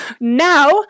Now